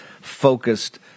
focused